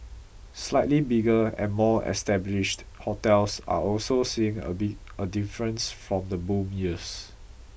slightly bigger and more established hotels are also seeing a big a difference from the boom years